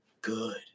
good